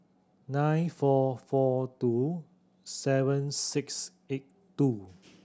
nine four four two seven six eight two